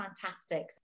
fantastic